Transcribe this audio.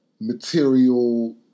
material